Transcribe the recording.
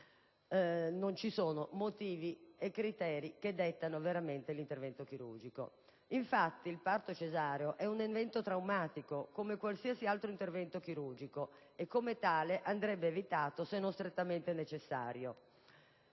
non ci sono motivi e criteri che dettano veramente l'intervento chirurgico. Infatti, il parto cesareo è un evento traumatico come qualsiasi altro intervento chirurgico e, come tale, andrebbe evitato se non strettamente necessario.